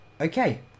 Okay